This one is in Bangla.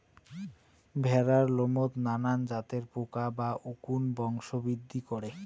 ভ্যাড়ার লোমত নানান জাতের পোকা বা উকুন বংশবৃদ্ধি করে